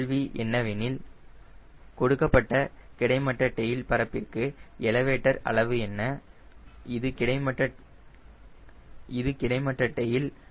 கேள்வி என்னவெனில் கொடுக்கப்பட்ட கிடைமட்ட டெயில் பரப்பிற்கு எலவேட்டர் அளவு என்ன இது கிடைமட்ட டெயில்